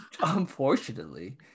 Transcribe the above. unfortunately